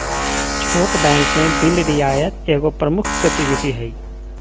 छोट बैंक में बिल रियायत एगो प्रमुख गतिविधि हइ